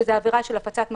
שזה עבירה של הפצת מחלה.